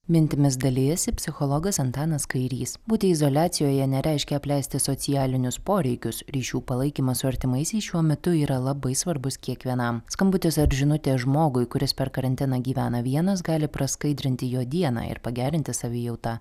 mintimis dalijasi psichologas antanas kairys būti izoliacijoje nereiškia apleisti socialinius poreikius ryšių palaikymą su artimaisiais šiuo metu yra labai svarbus kiekvienam skambutis ar žinutė žmogui kuris per karantiną gyvena vienas gali praskaidrinti jo dieną ir pagerinti savijautą